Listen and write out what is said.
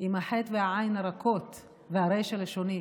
עם החי"ת והעי"ן הרכות והרי"ש הלשונית.